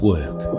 Work